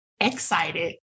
excited